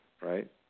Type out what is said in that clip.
right